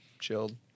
Chilled